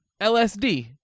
LSD